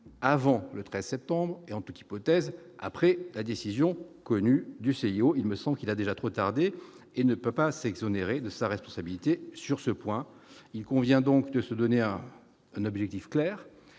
avant le 13 septembre et en toute hypothèse, après la décision connue du CIO, il me semble qu'il a déjà trop tardé et ne peut pas s'exonérer de sa responsabilité sur ce point, il convient donc de se donner à un objectif clair,